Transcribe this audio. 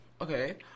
okay